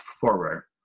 forward